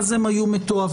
אז הם היו מתועבים.